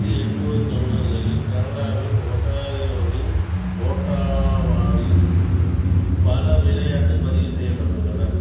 ஆயிரத்து எண்நூத்தி தொண்ணூறுகளில் கனடாவின் ஒன்ராறியோவின் ஒட்டாவாவில் பல விளையாட்டு பதிவு செய்யப்பட்டுள்ளன